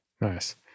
Nice